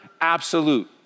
absolute